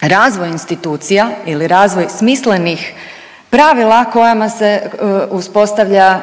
razvoj institucija ili razvoj smislenih pravila kojima se uspostavlja